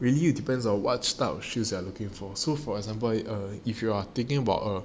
really depends on what shoes you are looking for so for example if err you are taking about err